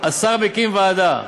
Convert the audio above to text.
השר מקים ועדה,